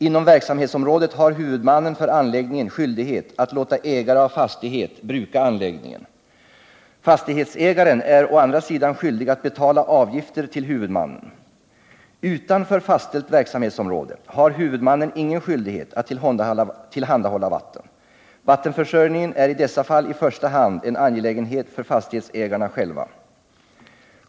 Inom verksamhetsområdet har huvudmannen för anläggningen skyldighet att låta ägare av fastighet bruka anläggningen. Fastighetsägaren är å andra sidan skyldig att betala avgifter till huvudmannen. Utanför fastställt verksamhetsområde har huvudmannen ingen skyldighet att tillhandahålla vatten. Vattenförsörjningen är i dessa fall i första hand en angelägenhet för fastighetsägarna själva.